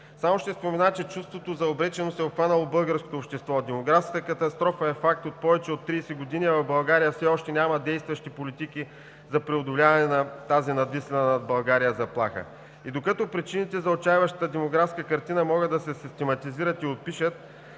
Само ще спомена, че чувството за обреченост е обхванало българското общество. Демографската катастрофа е факт повече от 30 години, а в България все още няма действащи политики за преодоляване на тази надвиснала над България заплаха. И докато причините за отчайващата демографска картина могат да се систематизират и опишат,